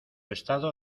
estado